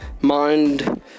mind